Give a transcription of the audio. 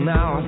Now